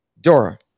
Dora